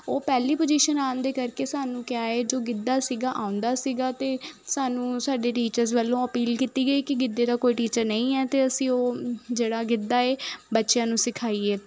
ਉਹ ਪਹਿਲੀ ਪੁਜੀਸ਼ਨ ਆਉਣ ਦੇ ਕਰਕੇ ਸਾਨੂੰ ਕਿਆ ਹੈ ਜੋ ਗਿੱਧਾ ਸੀਗਾ ਆਉਂਦਾ ਸੀਗਾ ਅਤੇ ਸਾਨੂੰ ਸਾਡੇ ਟੀਚਰਸ ਵੱਲੋਂ ਅਪੀਲ ਕੀਤੀ ਗਈ ਕਿ ਗਿੱਧੇ ਦਾ ਕੋਈ ਟੀਚਰ ਨਹੀਂ ਹੈ ਅਤੇ ਅਸੀਂ ਉਹ ਜਿਹੜਾ ਗਿੱਧਾ ਹੈ ਬੱਚਿਆਂ ਨੂੰ ਸਿਖਾਈਏ